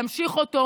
להמשיך אותו,